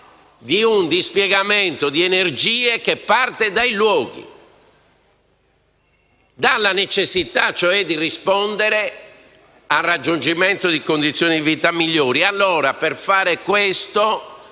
di un dispiegamento di energie che parte dai luoghi, dalla necessità cioè di rispondere al raggiungimento di condizioni di vita migliori. Per fare questo,